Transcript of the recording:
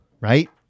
right